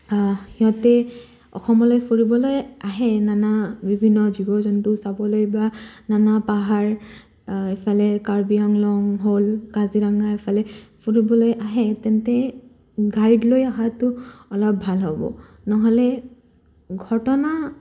সিহঁতে অসমলৈ ফুৰিবলৈ আহে নানা বিভিন্ন জীৱ জন্তু চাবলৈ বা নানা পাহাৰ এইফালে কাৰ্বি আংলং হ'ল কাজিৰঙা এইফালে ফুৰিবলৈ আহে তেন্তে গাইড লৈ অহাটো অলপ ভাল হ'ব নহ'লে ঘটনা